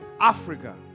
Africa